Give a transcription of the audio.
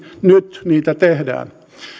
nyt niitä tehdään